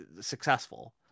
successful